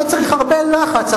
לא צריך הרבה לחץ,